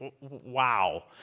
wow